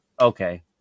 Okay